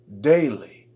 daily